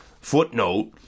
footnote